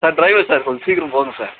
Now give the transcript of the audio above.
sir driver sir கொஞ்சம் சீக்கிரம் போங்க சார்